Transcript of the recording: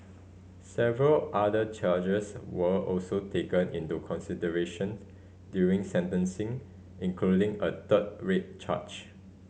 several other charges were also taken into consideration during sentencing including a third rape charge